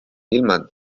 ilmad